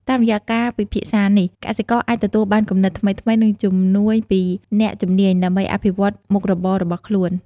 តាមរយៈការពិភាក្សានេះ កសិករអាចទទួលបានគំនិតថ្មីៗ និងជំនួយពីអ្នកជំនាញដើម្បីអភិវឌ្ឍមុខរបររបស់ខ្លួន។